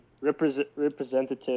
representative